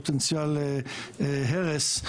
פוטנציאל הרס,